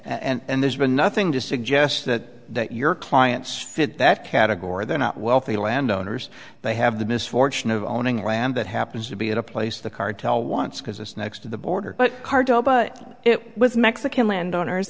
at and there's been nothing to suggest that your clients fit that category they're not wealthy landowners they have the misfortune of owning land that happens to be at a place the cartel wants because it's next to the border but cardo but it was mexican land owners